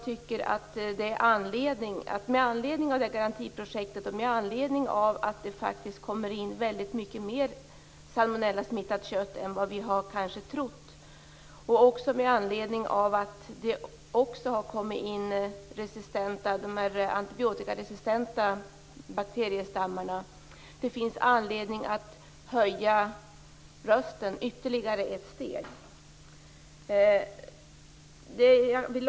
Med anledning av det s.k. garantiprojektet, med anledning av att det faktiskt kommer in mycket mera salmonellasmittat kött än vi kanske trott och med anledning att vi också har fått in antibiotikaresistenta bakteriestammar finns det skäl att höja rösten ytterligare ett steg.